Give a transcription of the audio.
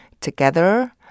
together